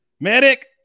Medic